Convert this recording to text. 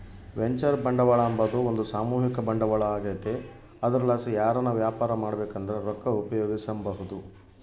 venture ಬಂಡವಾಳ ಅಂಬಾದು ಒಂದು ಸಾಮೂಹಿಕ ಬಂಡವಾಳ ಆಗೆತೆ ಅದರ್ಲಾಸಿ ಯಾರನ ವ್ಯಾಪಾರ ಮಾಡ್ಬಕಂದ್ರ ರೊಕ್ಕ ಉಪಯೋಗಿಸೆಂಬಹುದು